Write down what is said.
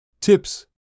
Tips